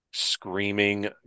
screaming